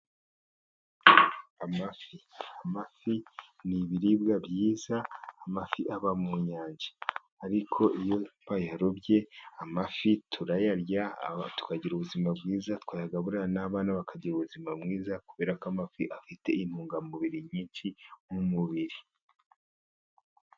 Amafi, amafi n'ibiribwa byiza , amafi aba mu nyanja , ariko iyo bayarobye amafi turayarya tukagira ubuzima bwiza , twayagaburira n'abana bakagira ubuzima bwiza, kubera ko amafi afite intungamubiri nyinshi mu mubiri.